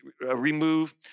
remove